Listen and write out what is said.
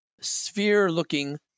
sphere-looking